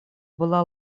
была